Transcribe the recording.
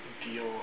deal